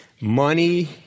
Money